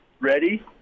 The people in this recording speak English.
ready